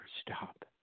stop